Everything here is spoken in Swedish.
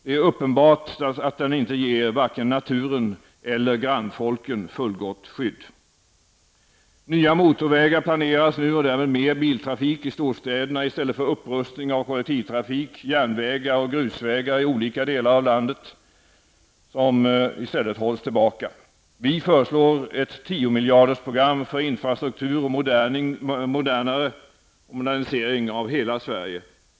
Det är uppenbart att den inte ger vare sig naturen eller grannfolken fullgott skydd. Nya motorvägar planeras och därmed mer biltrafik i storstäderna, medan upprustning av kollektivtrafik, järnvägar och grusvägar i olika delar av landet hålls tillbaka. Vi föreslår ett tiomiljardersprogram för infrastruktur och modernisering av hela Sverige.